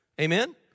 Amen